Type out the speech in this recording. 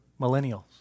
millennials